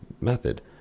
method